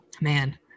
man